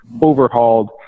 overhauled